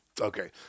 Okay